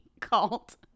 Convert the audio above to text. called